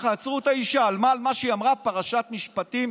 חזק עד שזה הגיע לתחנת המשטרה והיומנאי שמע את זה ושלח